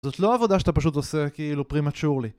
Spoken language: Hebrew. זאת לא עבודה שאתה פשוט עושה כאילו prematurely